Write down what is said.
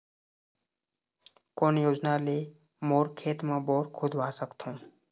कोन योजना ले मोर खेत मा बोर खुदवा सकथों?